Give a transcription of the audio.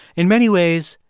in many ways,